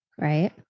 Right